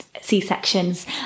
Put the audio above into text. c-sections